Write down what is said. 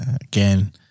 again